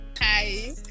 Hi